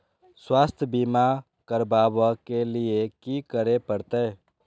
स्वास्थ्य बीमा करबाब के लीये की करै परतै?